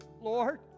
Lord